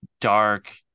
dark